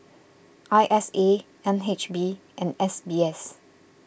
I S A N H B and S B S